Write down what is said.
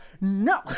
no